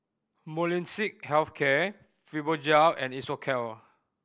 Molnylcke Health Care Fibogel and Isocal